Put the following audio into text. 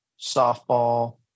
softball